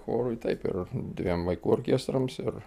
chorui taip ir dviem vaikų orkestrams ir